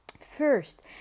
First